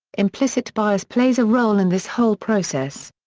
implicit bias plays a role in this whole process.